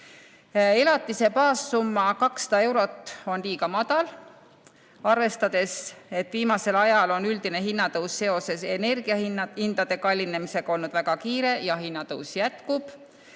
Elatise baassumma 200 eurot on liiga madal, arvestades, et viimasel ajal on üldine hinnatõus seoses energia kallinemisega olnud väga kiire ja hinnatõus jätkub.